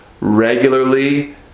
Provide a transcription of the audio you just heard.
regularly